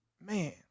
man